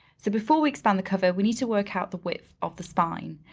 so before we expand the cover, we need to work out the width of the spine.